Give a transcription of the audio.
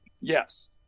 Yes